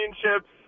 championships